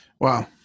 Wow